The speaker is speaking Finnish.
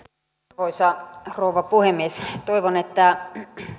arvoisa rouva puhemies toivon että